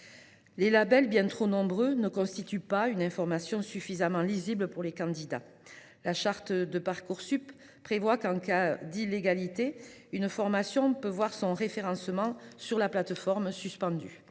Les labels, bien trop nombreux, ne constituent pas une information suffisamment lisible pour les candidats. La charte de Parcoursup prévoit que, en cas d’illégalité, une formation peut voir son référencement sur la plateforme suspendu.